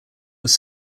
was